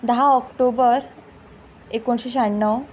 धा ऑक्टोबर एकोणशें श्याण्णव